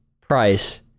price